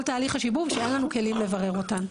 תהליך השיבוב כשאין לנו כלים לברר אותן.